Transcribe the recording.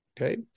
Okay